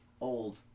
old